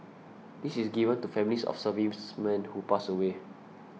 this is given to families of servicemen who pass away